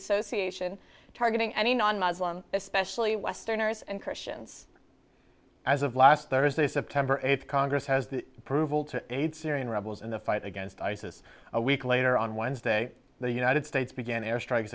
association targeting any non muslim especially westerners and christians as of last thursday september eighth congress has the approval to aid syrian rebels in the fight against isis a week later on wednesday the united states began airstrikes